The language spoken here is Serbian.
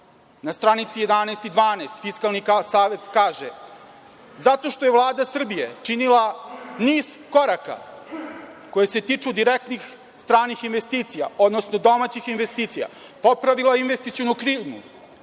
Na stranici 11. i 12. Fiskalni savet kaže – Zato što je Vlada Srbije činila niz koraka koji se tiču direktnih stranih investicija, odnosno domaćih investicija, popravila investicionu klimu,